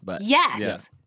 Yes